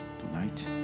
tonight